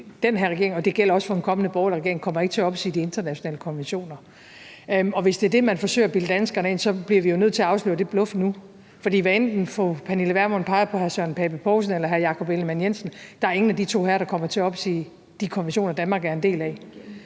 den her regering – og det gælder også for en kommende borgerlig regering – ikke kommer til at opsige de internationale konventioner, og hvis det er det, man forsøger at bilde danskerne ind, så bliver vi jo nødt til at afsløre det bluff nu. For hvad enten fru Pernille Vermund peger på hr. Søren Pape Poulsen eller hr. Jakob Ellemann-Jensen, så er der ingen af de to herrer, der kommer til at opsige de konventioner, Danmark er en del af.